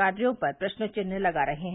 कार्यो पर प्रश्न चिन्ह लगा रहे हैं